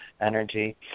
energy